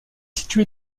situé